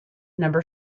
number